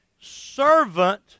servant